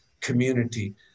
community